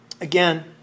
Again